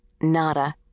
Nada